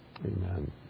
Amen